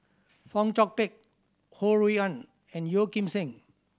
Fong Chong Pik Ho Rui An and Yeo Kim Seng